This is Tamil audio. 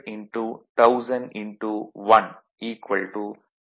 0 50 கிலோ வாட்